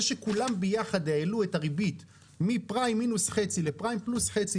זה שכולם ביחד העלו את הריבית מפריים מינוס חצי לפריים פלוס חצי